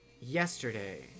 yesterday